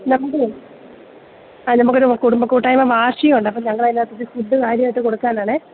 നമുക്കൊരു കുടുംബ കൂട്ടായ്മ വാർഷികം ഉണ്ട് അപ്പോള് ഞങ്ങൾ അതിനകത്ത് ഫുഡ് കാര്യമായിട്ട് കൊടുക്കാനാണേ